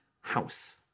house